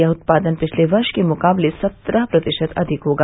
यह उत्पादन पिछले वर्ष के मुकाबले सत्रह प्रतिशत अधिक होगा